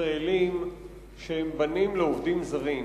ישראלים שהם בנים לעובדים זרים,